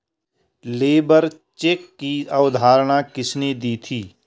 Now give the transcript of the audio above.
Labour check की अवधारणा किसने दी थी?